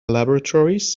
laboratories